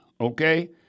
okay